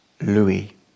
Louis